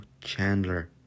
Chandler